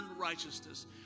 righteousness